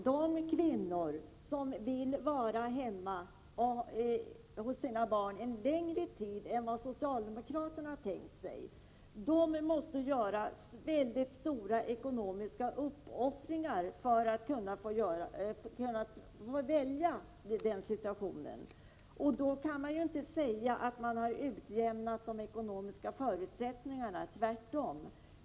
De kvinnor som vill vara hemma med sina barn under en längre tid än vad socialdemokraterna har tänkt sig måste ju göra väldigt stora ekonomiska uppoffringar för att kunna detta. Man kan därför inte säga att man har utjämnat de ekonomiska förutsättningarna — tvärtom.